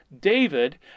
David